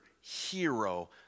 hero